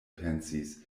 pensis